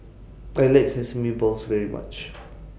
I like Sesame Balls very much